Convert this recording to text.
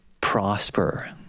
prosper